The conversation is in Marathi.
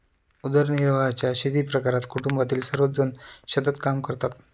उदरनिर्वाहाच्या शेतीप्रकारात कुटुंबातील सर्वजण शेतात काम करतात